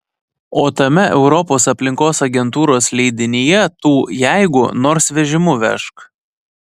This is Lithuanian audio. o tame europos aplinkos agentūros leidinyje tų jeigu nors vežimu vežk